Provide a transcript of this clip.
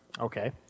Okay